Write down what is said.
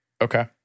Okay